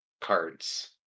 cards